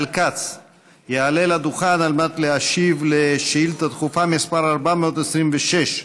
כץ יעלה לדוכן והשיב על שאילתה דחופה מס' 426,